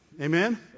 Amen